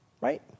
Right